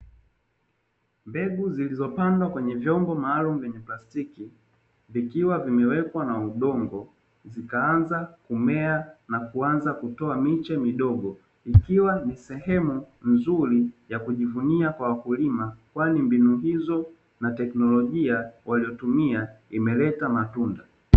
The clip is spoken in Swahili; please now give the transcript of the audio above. Mbegu zilizopandwa kwenye vyombo maalumu vya plastiki, vikiwa vimewekwa na udongo vikaanza kumea na kuanza kutoa miche midogo. Ikiwa ni sehemu nzuri ya kujivunia kwa wakulima kwani mbinu hizo na teknolojia waliyotumia imeleta matunda.